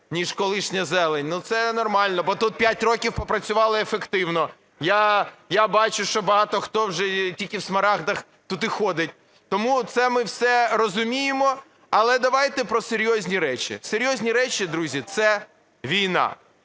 ніж колишня зелень. Це ненормально, бо тут п'ять років попрацювали ефективно, я бачу, що багато хто вже тільки в смарагдах тут і ходить. Тому це ми все розуміємо. Але давайте про серйозні речі. Серйозні речі, друзі, - це війна.